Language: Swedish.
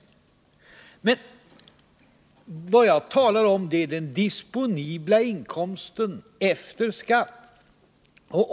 Men vad jag talar om är den disponibla inkomsten efter skatt.